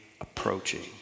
Approaching